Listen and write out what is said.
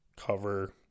cover